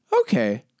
Okay